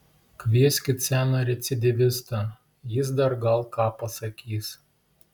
kvieskit seną recidyvistą jis dar gal ką pasakys